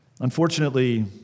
Unfortunately